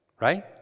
right